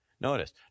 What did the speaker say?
notice